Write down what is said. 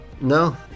No